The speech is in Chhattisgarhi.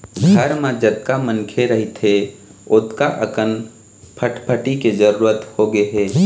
घर म जतका मनखे रहिथे ओतका अकन फटफटी के जरूरत होगे हे